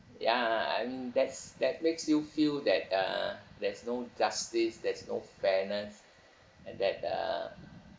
ya and that's that makes you feel that uh there's no justice there's no fairness and that uh